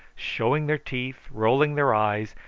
showing their teeth, rolling their eyes,